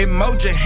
Emoji